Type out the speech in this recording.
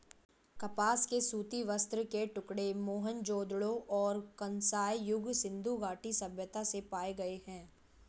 कपास के सूती वस्त्र के टुकड़े मोहनजोदड़ो और कांस्य युग सिंधु घाटी सभ्यता से पाए गए है